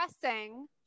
pressing